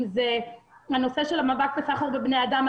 אם זה הנושא של המאבק בסחר בבני אדם,